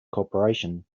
corporation